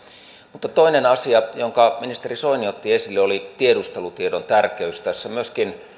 mutta toinen asia jonka ministeri soini otti esille oli tiedustelutiedon tärkeys myöskin